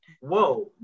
Whoa